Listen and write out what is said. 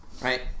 Right